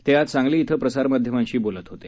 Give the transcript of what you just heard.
ते आज सांगली इथं प्रसारमाध्यमांशी ते बोलत होते